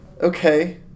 Okay